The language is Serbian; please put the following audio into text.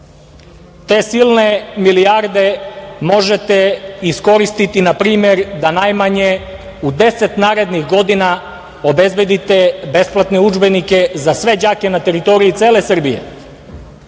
silne milijarde možete iskoristiti, na primer, da u najmanje 10 narednih godina obezbedite besplatne udžbenike za sve đake na teritoriji cele Srbije.